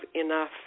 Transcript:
enough